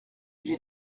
j’ai